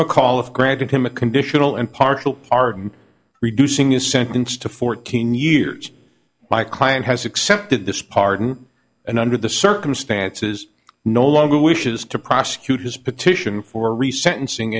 mcauliffe granted him a conditional and partial pardon reducing is sentenced to fourteen years my client has accepted this pardon and under the circumstances no longer wishes to prosecute his petition for re sentencing